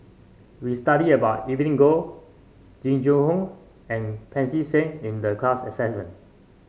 we studied about Evelyn Goh Jing Jun Hong and Pancy Seng in the class assignment